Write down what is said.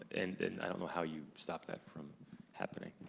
and i don't know how you stop that from happening.